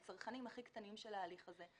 הצרכנים הכי קטנים של ההליך הזה.